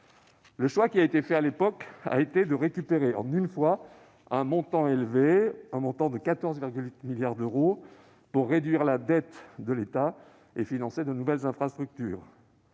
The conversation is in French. Le choix qui a été fait à l'époque a été de récupérer en une fois un montant élevé- 14,8 milliards d'euros - pour réduire la dette de l'État et financer de nouvelles infrastructures.